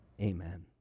Amen